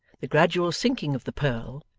the gradual sinking of the purl,